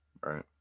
right